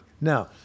Now